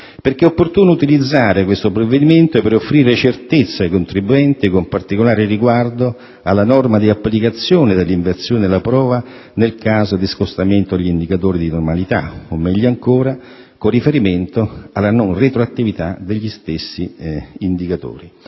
perché è opportuno utilizzare questo provvedimento per offrire certezza ai contribuenti, con particolare riguardo alla norma di applicazione dell'inversione della prova nel caso di scostamento degli indicatori di normalità, o, meglio ancora con riferimento alla non retroattività degli stessi indicatori.